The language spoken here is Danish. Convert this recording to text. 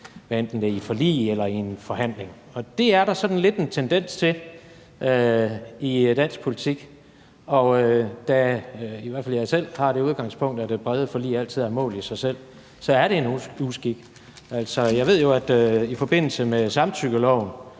et forlig eller i en forhandling, og det er der sådan lidt en tendens til i dansk politik. I hvert fald har jeg selv det udgangspunkt, at det brede forlig altid er et mål i sig selv, og det andet er en uskik. Altså, jeg ved jo, at man i forbindelse med samtykkeloven